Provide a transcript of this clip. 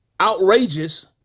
outrageous